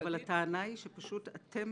אבל הטענה היא שפשוט אתם